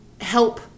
help